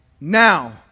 Now